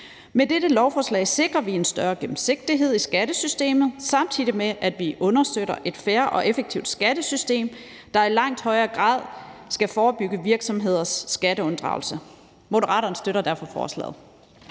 Med dette lovforslag sikrer vi en større gennemsigtighed i skattesystemet, samtidig med at vi understøtter et fair og effektivt skattesystem, der i langt højere grad skal forebygge virksomheders skatteunddragelse. Moderaterne støtter derfor forslaget.